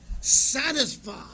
Satisfied